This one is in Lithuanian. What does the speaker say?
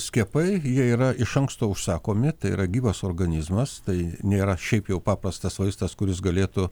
skiepai jie yra iš anksto užsakomi tai yra gyvas organizmas tai nėra šiaip jau paprastas vaistas kuris galėtų